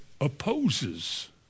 opposes